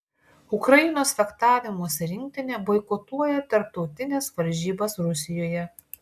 ukrainos fechtavimosi rinktinė boikotuoja tarptautines varžybas rusijoje